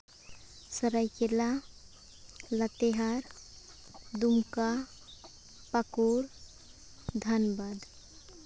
ᱥᱚᱨᱟᱭᱠᱮᱞᱞᱟ ᱞᱟᱛᱮᱦᱟ ᱫᱩᱢᱠᱟ ᱯᱟᱹᱠᱩᱲ ᱫᱷᱟᱱᱵᱟᱫᱽ